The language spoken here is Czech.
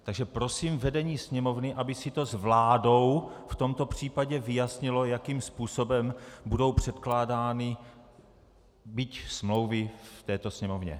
Takže prosím vedení Sněmovny, aby si s vládou v tomto případě vyjasnilo, jakým způsobem budou předkládány byť smlouvy v této Sněmovně.